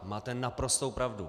Máte naprostou pravdu.